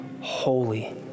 holy